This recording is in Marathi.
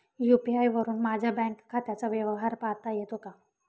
यू.पी.आय वरुन माझ्या बँक खात्याचा व्यवहार पाहता येतो का?